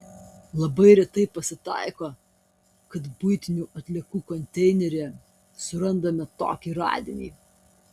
labai retai pasitaiko kad buitinių atliekų konteineryje surandame tokį radinį